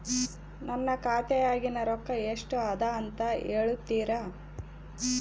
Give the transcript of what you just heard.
ನನ್ನ ಖಾತೆಯಾಗಿನ ರೊಕ್ಕ ಎಷ್ಟು ಅದಾ ಅಂತಾ ಹೇಳುತ್ತೇರಾ?